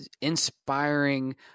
inspiring